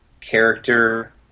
character